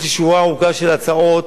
יש לי שורה ארוכה של הצעות,